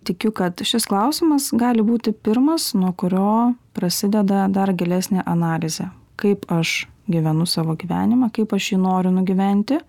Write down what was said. tikiu kad šis klausimas gali būti pirmas nuo kurio prasideda dar gilesnė analizė kaip aš gyvenu savo gyvenimą kaip aš jį noriu nugyventi